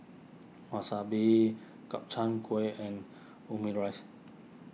Wasabi Gobchang Gui and Omurice